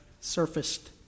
surfaced